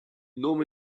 nome